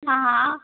हाँ हाँ